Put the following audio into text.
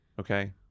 Okay